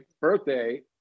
birthday